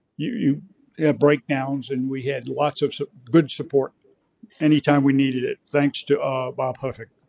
you you have breakdowns and we had lots of good support anytime we needed it, thanks to bob huffaker.